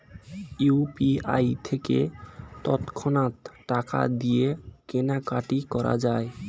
UPI থেকে তৎক্ষণাৎ টাকা দিয়ে কেনাকাটি করা যায়